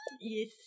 Yes